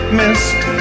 missed